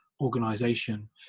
organization